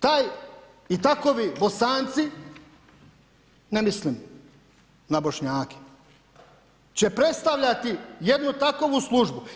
Taj i takovi Bosanci, ne mislim na Bošnjake, će predstavljati jednu takovu službu.